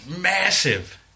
Massive